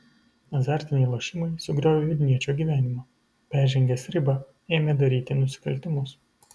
azartiniai lošimai sugriovė vilniečio gyvenimą peržengęs ribą ėmė daryti nusikaltimus